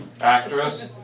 Actress